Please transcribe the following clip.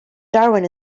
darwin